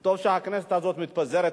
טוב שהכנסת הזאת מתפזרת,